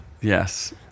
yes